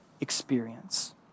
experience